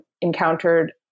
encountered